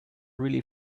really